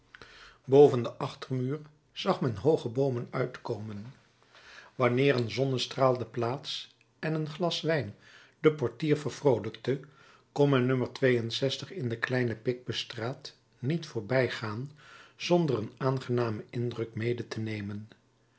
boven den achtermuur zag men hooge boomen uitkomen wanneer een zonnestraal de plaats en een glas wijn den portier vervroolijkte kon men no in de kleine picpus straat niet voorbijgaan zonder een aangenamen indruk mede te nemen